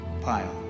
pile